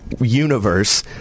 universe